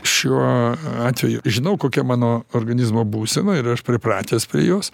šiuo atveju žinau kokia mano organizmo būsena ir aš pripratęs prie jos